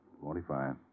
Forty-five